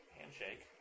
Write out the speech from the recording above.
handshake